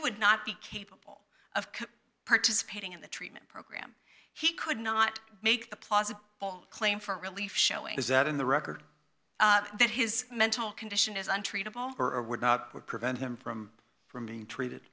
would not be kate all of participating in the treatment program he could not make the plaza all claim for relief showing is that in the record that his mental condition is untreatable or would not prevent him from from being treated